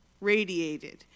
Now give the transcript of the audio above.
radiated